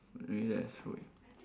maybe that's the way